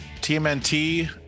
tmnt